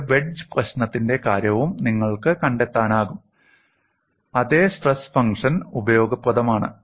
ഒരു വെഡ്ജ് പ്രശ്നത്തിന്റെ കാര്യവും നിങ്ങൾക്ക് കണ്ടെത്താനാകും അതേ സ്ട്രെസ് ഫംഗ്ഷൻ ഉപയോഗപ്രദമാണ്